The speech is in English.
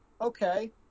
okay